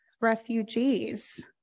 refugees